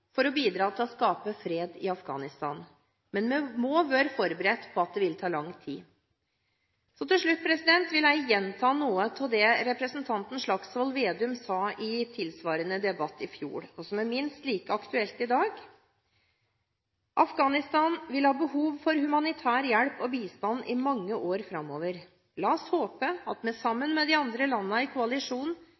for å bidra til å skape fred i Afghanistan. Men vi må være forberedt på at det vil ta lang tid. Så til slutt vil jeg gjenta noe av det representanten Slagsvold Vedum sa i tilsvarende debatt i fjor, og som er minst like aktuelt i dag: «Afghanistan vil ha behov for humanitær hjelp og bistand i mange år framover. La oss håpe at vi sammen med de andre landene i